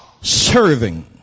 serving